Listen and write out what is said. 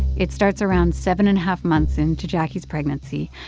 it starts around seven and half months into jacquie's pregnancy.